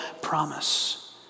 promise